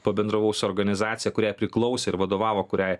pabendravau su organizacija kuriai priklausė ir vadovavo kuriai